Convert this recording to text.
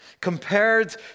compared